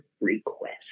request